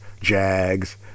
Jags